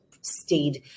stayed